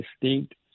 distinct